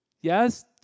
Yes